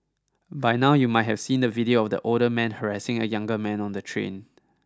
by now you might have seen the video of the older man harassing a younger man on the train